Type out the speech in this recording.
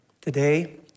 Today